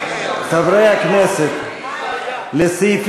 חברי הכנסת, לסעיף